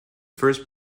first